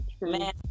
man